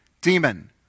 demon